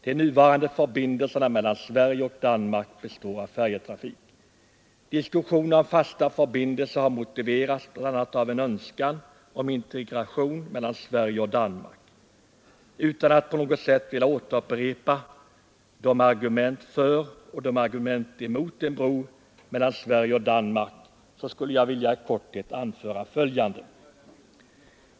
De nuvarande förbindelserna mellan Sverige och Danmark består av färjetrafik. Diskussionen om fasta förbindelser har motiverats bl.a. av en önskan om integration mellan Sverige och Danmark. Utan att på något sätt vilja återupprepa argumenten för och emot en bro mellan Sverige och Danmark skulle jag vilja i korthet anföra följande.